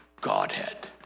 Godhead